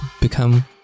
become